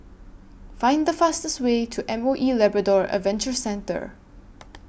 Find The fastest Way to M O E Labrador Adventure Centre